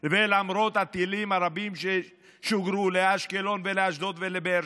למרות הטילים הרבים ששוגרו לאשקלון ולאשדוד ולבאר שבע,